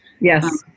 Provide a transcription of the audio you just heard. Yes